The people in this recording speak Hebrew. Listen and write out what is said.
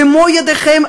במו-ידיכם,